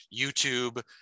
YouTube